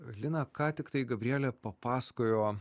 lina ką tiktai gabrielė papasakojo